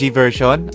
version